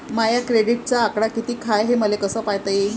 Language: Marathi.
माया क्रेडिटचा आकडा कितीक हाय हे मले कस पायता येईन?